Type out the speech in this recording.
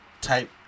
type